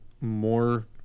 more